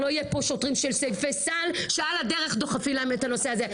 לא יהיה פה שוטרים של ספסל שעל הדרך דוחפים להם את הנושא הזה.